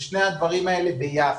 אלה שני דברים ביחד.